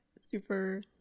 super